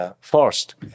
first